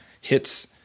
hits